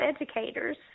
educators